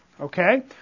Okay